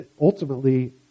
ultimately